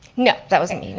no, that wasn't me, no.